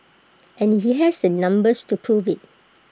and he has the numbers to prove IT